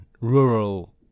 rural